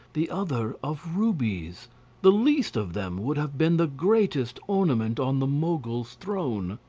the other of rubies the least of them would have been the greatest ornament on the mogul's throne.